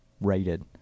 rated